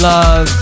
Love